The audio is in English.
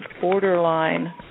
borderline